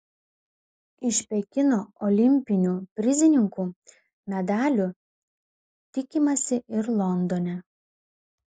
iš pekino olimpinių prizininkų medalių tikimasi ir londone